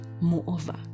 moreover